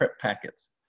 packets